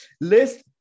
list